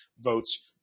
votes